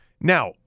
Now